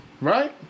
Right